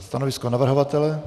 Stanovisko navrhovatele?